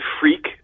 freak